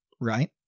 right